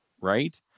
right